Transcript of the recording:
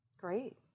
Great